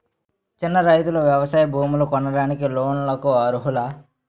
చిన్న రైతులు వ్యవసాయ భూములు కొనడానికి లోన్ లకు అర్హులా?